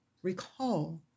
Recall